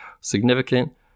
significant